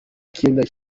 kenda